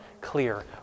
clear